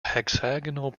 hexagonal